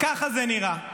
ככה זה נראה.